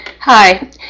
Hi